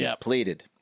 Pleaded